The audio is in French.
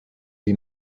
lui